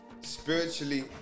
spiritually